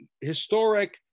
historic